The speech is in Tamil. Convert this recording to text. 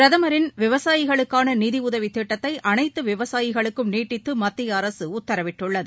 பிரதமரின் விவசாயிகளுக்கானநிதிடதவிதிட்டத்தைஅனைத்துவிவசாயிகளுக்கும் நீட்டித்துமத்தியஅரசுஉத்தரவிட்டுள்ளது